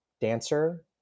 dancer